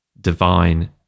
divine